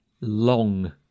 long